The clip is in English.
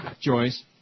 Joyce